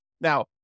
Now